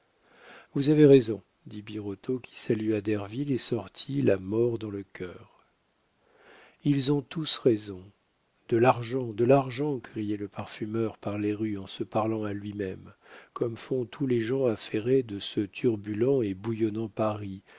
vous avez raison dit birotteau qui salua derville et sortit la mort dans le cœur ils ont tous raison de l'argent de l'argent criait le parfumeur par les rues en se parlant à lui-même comme font tous les gens affairés de ce turbulent et bouillonnant paris